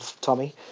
Tommy